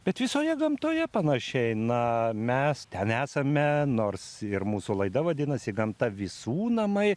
bet visoje gamtoje panašiai na mes ten esame nors ir mūsų laida vadinasi gamta visų namai